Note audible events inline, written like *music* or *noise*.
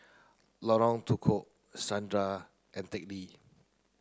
Lorong Tukol *unintelligible* and Teck Lee